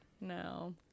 No